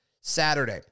Saturday